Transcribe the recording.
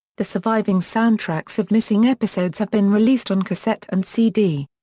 the surviving soundtracks of missing episodes have been released on cassette and cd.